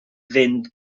fynd